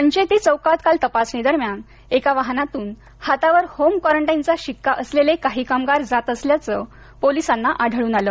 संचेती चौकात काल तपासणीदरम्यान एका वाहनातून हातावर होम कोरंटाईनचा शिक्का असलेले काही कामगार जात असल्याचं पोलिसांना आढळून आलं